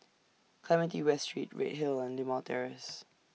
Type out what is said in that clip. Clementi West Street Redhill and Limau Terrace